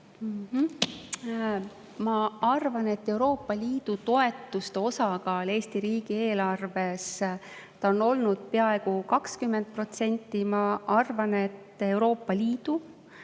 Ma arvan, et Euroopa Liidu toetuste osakaal Eesti riigieelarves on olnud peaaegu 20%. Ma arvan, et Euroopa Liidu